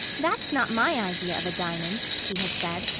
that's not my idea of a diamond, she had said.